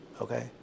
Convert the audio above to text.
Okay